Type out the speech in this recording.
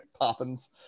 Poppins